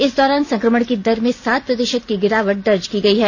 इस दौरान संक्रमण की दर में सात प्रतिशत की गिरावट दर्ज की गई है